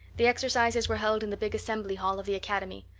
the exercises were held in the big assembly hall of the academy.